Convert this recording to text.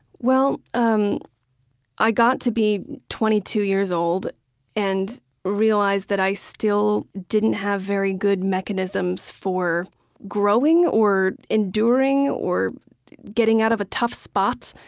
um i got to be twenty two years old and realized that i still didn't have very good mechanisms for growing or enduring or getting out of a tough spot.